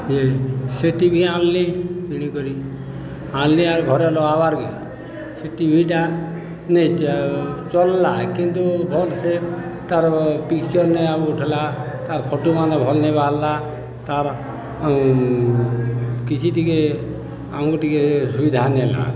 ସେ T V ଆଣିଲି କିଣିକରି ଆଣିଲି ଆର୍ ଘରେ ଲଗାବାର୍ କେ ସେ ଟିଭିଟା ନେଇ ଚ ଚଲଲା କିନ୍ତୁ ଭଲ ସେ ତା'ର ପିକ୍ଚର ନେଇ ଆଉ ଉଠିଲା ତାର୍ ଫଟୋ ମାନେ ଭଲ ନେଇ ବାହାରିଲା ତା'ର କିଛି ଟିକେ ଆମକୁ ଟିକେ ସୁବିଧା ନେଲା